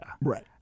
right